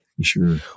Sure